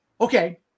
okay